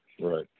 Right